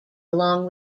along